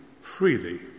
freely